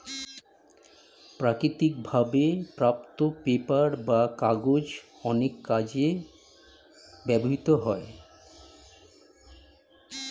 প্রাকৃতিক ভাবে প্রাপ্ত পেপার বা কাগজ অনেক কাজে ব্যবহৃত হয়